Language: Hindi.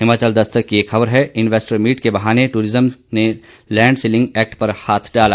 हिमाचल दस्तक की एक खबर है इन्वेस्टर मीट के बहाने टूरिज्म ने लैंड सीलिंग एक्ट पर हाथ डाला